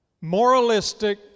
Moralistic